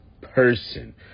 person